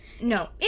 No